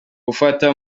gufata